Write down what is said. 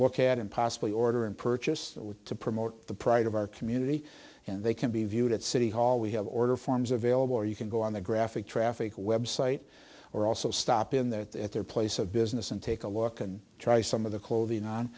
look at and possibly order and purchase to promote the pride of our community and they can be viewed at city hall we have order forms available you can go on the graphic traffic website or also stop in the at their place of business and take a look and try some of the clothing on